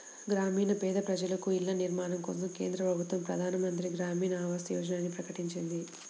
గ్రామీణ పేద ప్రజలకు ఇళ్ల నిర్మాణం కోసం కేంద్ర ప్రభుత్వం ప్రధాన్ మంత్రి గ్రామీన్ ఆవాస్ యోజనని ప్రకటించింది